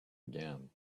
again